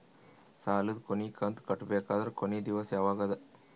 ಸಾಲದ ಕೊನಿ ಕಂತು ಕಟ್ಟಬೇಕಾದರ ಕೊನಿ ದಿವಸ ಯಾವಗದ?